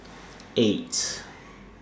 eight